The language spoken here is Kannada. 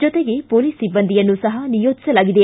ಜೊತೆಗೆ ಮೊಲೀಸ್ ಸಿಬ್ಬಂದಿಯನ್ನು ಸಹ ನಿಯೋಜಿಸಲಾಗಿದೆ